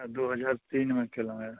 आ दू हजार तीनमे केलहुॅं